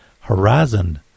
Horizon